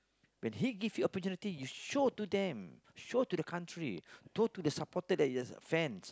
when he give you opportunity you show to them show to the country go to the supporters that your fans